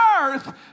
earth